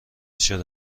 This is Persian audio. شده